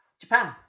Japan